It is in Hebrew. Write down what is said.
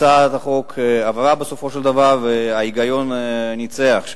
הצעת החוק עברה בסופו של דבר וההיגיון ניצח שם.